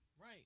Right